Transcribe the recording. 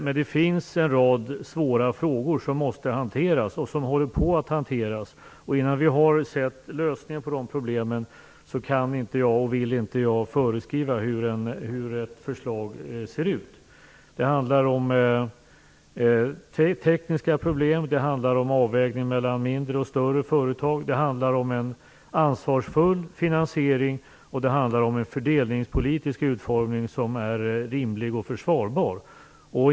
Men det finns en rad svåra frågor som måste hanteras, och som håller på att hanteras. Innan vi har sett lösningar på de problemen kan och vill inte jag föreskriva hur ett förslag ser ut. Det handlar om tekniska problem, om avvägningar mellan mindre och större företag, om en ansvarsfull finansiering och om en fördelningspolitisk utformning som är rimlig och försvarbar.